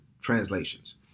translations